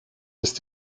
ist